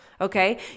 Okay